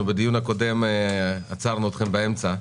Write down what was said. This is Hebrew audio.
בדיון הקודם עצרנו אתכם באמצע.